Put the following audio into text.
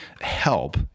help